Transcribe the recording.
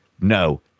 no